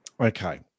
Okay